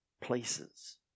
places